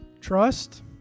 Trust